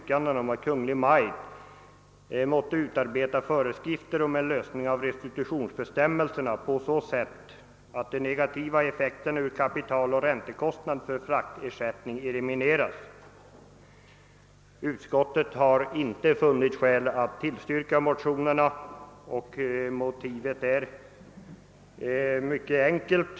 kandena om utarbetande av vissa restitutionsbestämmelser, så att de negativa effekterna ur kapitaloch räntekostnadssynpunkt för fraktersättning elimineras. Utskottet har inte funnit skäl att tillstyrka motionen. Motivet härför är mycket enkelt.